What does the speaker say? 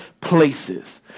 places